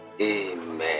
Amen